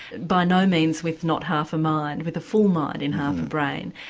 by no means with not half a mind with a full mind in half a brain.